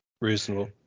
Reasonable